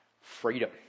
freedom